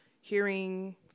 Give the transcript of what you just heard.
hearing